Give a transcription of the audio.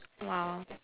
!wow!